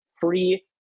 free